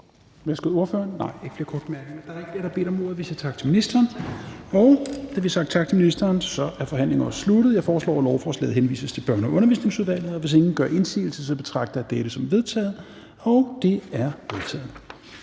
Hvis ingen gør indsigelse, betragter jeg det som vedtaget. Det er vedtaget.